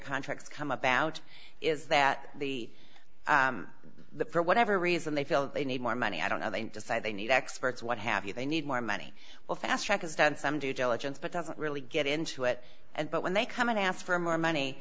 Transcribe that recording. contracts come about is that the for whatever reason they feel they need more money i don't know they decide they need experts what have you they need more money well fastrack has done some due diligence but doesn't really get into it and but when they come and ask for more money